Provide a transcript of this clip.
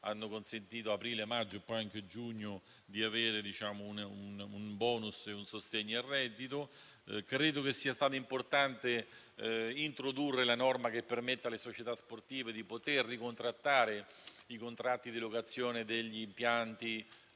hanno consentito nei mesi di aprile, maggio e giugno di avere un *bonus* e un sostegno al reddito. Credo sia stato importante introdurre la norma che permette alle società sportive di ricontrattare i contratti di locazione e di